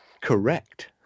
Correct